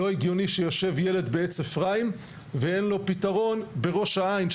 לא הגיוני שיושב ילד בעץ אפרים ואין לו פתרון בראש העין,